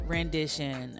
Rendition